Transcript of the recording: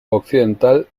occidental